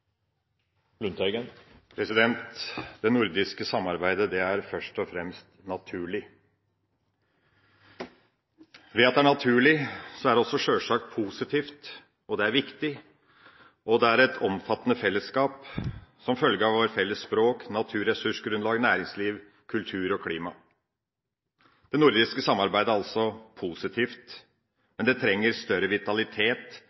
naturlig, er det også sjølsagt positivt. Og det er viktig. Det er et omfattende fellesskap som følge av felles språk, naturressursgrunnlag, næringsliv, kultur og klima. Det nordiske samarbeidet er altså positivt,